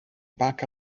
back